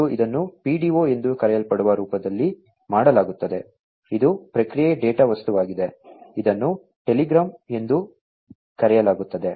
ಮತ್ತು ಇದನ್ನು PDO ಎಂದು ಕರೆಯಲ್ಪಡುವ ರೂಪದಲ್ಲಿ ಮಾಡಲಾಗುತ್ತದೆ ಇದು ಪ್ರಕ್ರಿಯೆ ಡೇಟಾ ವಸ್ತುವಾಗಿದೆ ಇದನ್ನು ಟೆಲಿಗ್ರಾಮ್ ಎಂದೂ ಕರೆಯಲಾಗುತ್ತದೆ